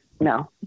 No